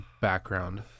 background